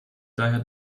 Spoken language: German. daher